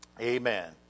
Amen